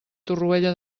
torroella